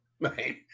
Right